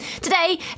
Today